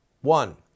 One